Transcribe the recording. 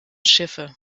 schiffe